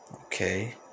Okay